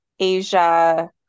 Asia